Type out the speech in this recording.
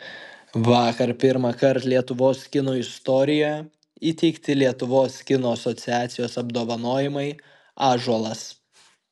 vakar pirmąkart lietuvos kino istorijoje įteikti lietuvos kino asociacijos apdovanojimai ąžuolas